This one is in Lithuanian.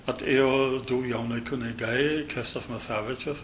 atėjo du jauni kunigai kęstas masevičius